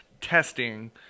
testing